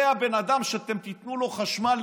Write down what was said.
זה הבן אדם שאתם תיתנו לו חשמל.